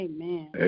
Amen